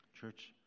church